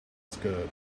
skirt